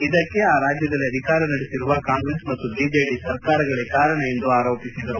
ಇದಕ್ಕೆ ಆ ರಾಜ್ಯದಲ್ಲಿ ಅಧಿಕಾರ ನಡೆಸಿರುವ ಕಾಂಗ್ರೆಸ್ ಮತ್ತು ಬಿಜೆಡಿ ಸರ್ಕಾರಗಳೇ ಕಾರಣ ಎಂದು ಆರೋಪಿಸಿದರು